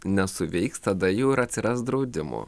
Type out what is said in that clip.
nesuveiks tada jau ir atsiras draudimo